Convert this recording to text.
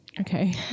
Okay